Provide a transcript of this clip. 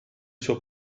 suo